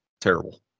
Terrible